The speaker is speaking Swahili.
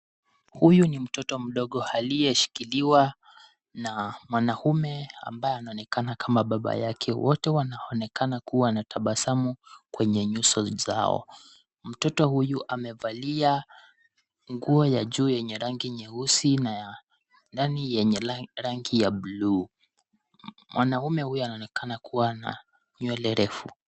Huyu ni mtoto mdogo aliyeshikiliwa na mwanaume ambaye anaonekana kama baba yake wote wanaonekana kuwa na tabasamu kwenye nyuso zao ,mtoto huyu amevalia nguo ya juu yenye rangi nyeusi na ya ndani yenye rangi ya buluu mwanaume huyu anaonekana kuwa na nywele refu.